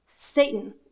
Satan